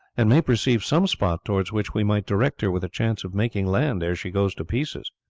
and may perceive some spot towards which we may direct her with a chance of making land ere she goes to pieces.